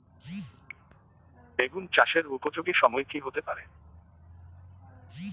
বেগুন চাষের উপযোগী সময় কি হতে পারে?